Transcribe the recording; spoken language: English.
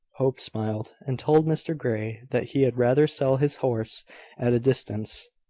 hope smiled, and told mr grey that he had rather sell his horse at a distance.